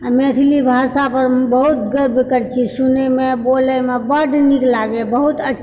आ मैथिली भाषा पर बहुत गर्व करैत छी सुनयमे बोलयमे बड्ड नीक लागयए बहुत अच्छा